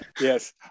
Yes